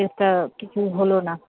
কেসটা কিছুই হলো না